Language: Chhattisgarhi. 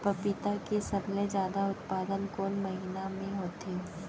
पपीता के सबले जादा उत्पादन कोन महीना में होथे?